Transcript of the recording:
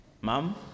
Mom